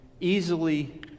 easily